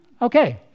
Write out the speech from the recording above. Okay